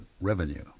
revenue